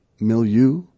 milieu